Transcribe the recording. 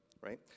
right